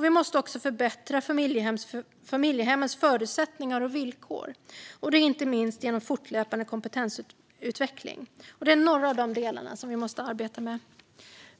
Vi måste likaså förbättra familjehemmens förutsättningar och villkor, inte minst genom fortlöpande kompetensutveckling. Det är några av de delar som vi måste arbeta med.